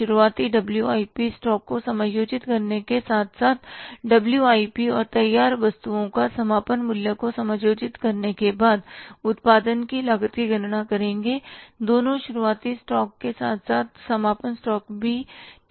शुरुआती WIP stock को समायोजित करने के साथ साथ WIP और तैयार वस्तुओं का समापन मूल्य को समायोजित करने के बाद उत्पादन की लागत की गणना करेंगे दोनों शुरुआती स्टॉक के साथ साथ समापन स्टॉक भी ठीक है